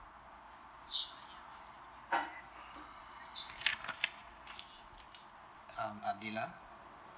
I'm adila